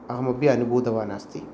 अहमपि अनुभूतवान् अस्मि